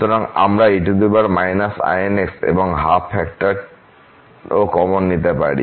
সুতরাং আমরা e−inx এবং 12 ফ্যাক্টরও কমন নিতে পারি